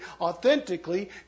authentically